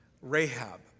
Rahab